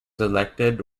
elected